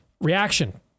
Reaction